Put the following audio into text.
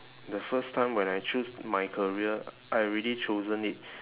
the first time when I choose my career I already chosen it